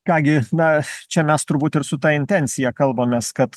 ką gi na mes čia mes turbūt ir su ta intencija kalbamės kad